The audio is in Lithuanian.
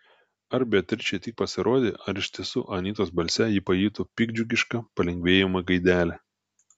ar beatričei tik pasirodė ar iš tiesų anytos balse ji pajuto piktdžiugišką palengvėjimo gaidelę